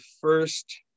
first –